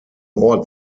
ort